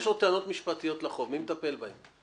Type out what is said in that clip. יש לו טענות משפטיות לחוב, מי מטפל בהן?